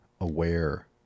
aware